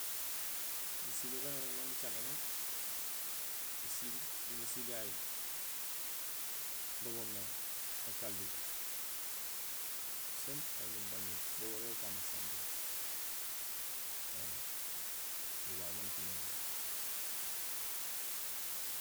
Basilé baan iregmé nicaméné ésiil do nésiil yayu bo boomé ékaldu sén éñulbañul, bo burégé bu kané simple éém bo babu baan ipinémémé